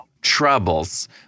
troubles